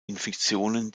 infektionen